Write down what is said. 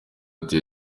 ati